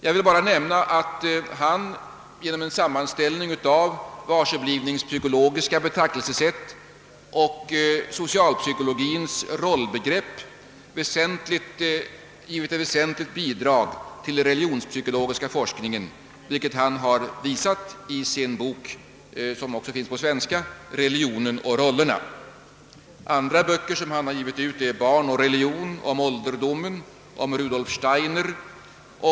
Jag vill bara nämna att han genom en sammanställning av varseblivningspsykologiska betraktelsesätt och socialpsykologiens rollbegrepp givit ett väsentligt bidrag till den religionspsykologiska forskningen, något som han visat i sin bok »Religionen och rollerna». Andra böcker som han givit ut är »Barn och religion», »Om ålderdomen» och en bok om Rudolf Steiner.